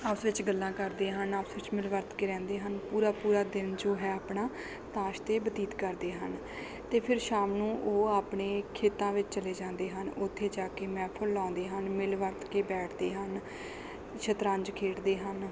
ਆਪਸ ਵਿੱਚ ਗੱਲਾਂ ਕਰਦੇ ਹਨ ਆਪਸ ਵਿੱਚ ਮਿਲ ਵਰਤ ਕੇ ਰਹਿੰਦੇ ਹਨ ਪੂਰਾ ਪੂਰਾ ਦਿਨ ਜੋ ਹੈ ਆਪਣਾ ਤਾਸ਼ 'ਤੇ ਬਤੀਤ ਕਰਦੇ ਹਨ ਅਤੇ ਫਿਰ ਸ਼ਾਮ ਨੂੰ ਉਹ ਆਪਣੇ ਖੇਤਾਂ ਵਿੱਚ ਚਲੇ ਜਾਂਦੇ ਹਨ ਉੱਥੇ ਜਾ ਕੇ ਮਹਿਫਲ ਲਾਉਂਦੇ ਹਨ ਮਿਲ ਵਰਤ ਕੇ ਬੈਠਦੇ ਹਨ ਸਤਰੰਜ਼ ਖੇਡਦੇ ਹਨ